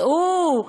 צאו,